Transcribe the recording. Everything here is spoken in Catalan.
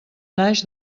naix